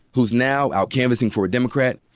who's now out canvassing for a democrat,